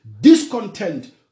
discontent